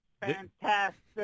fantastic